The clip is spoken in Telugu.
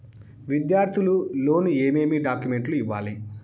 విద్యార్థులు లోను ఏమేమి డాక్యుమెంట్లు ఇవ్వాలి?